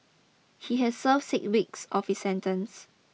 he has served six weeks of his sentence